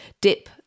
dip